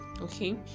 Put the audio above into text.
Okay